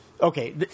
Okay